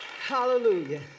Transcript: hallelujah